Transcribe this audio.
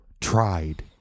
tried